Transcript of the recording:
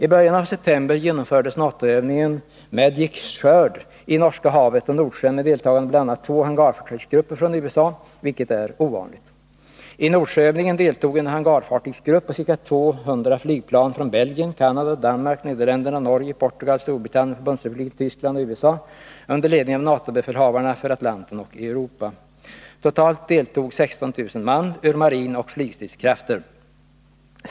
I början av september genomfördes NATO-övningen MAGIC SWORD i Norska havet och Nordsjön med deltagande av bl.a. två hangarfartygsgrupper från USA, vilket är ovanligt. I Nordsjöövningen deltog en hangarfartygsgrupp och ca 200 flygplan från Belgien, Canada, Danmark, Nederländerna, Norge, Portugal, Storbritannien, Förbundsrepubliken Tyskland och USA under ledning av NATO-befälhavarna för Atlanten och Europa. Totalt deltog 16 000 man ur marinoch flygstridskrafter.